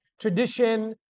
tradition